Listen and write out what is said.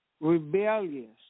rebellious